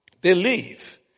believe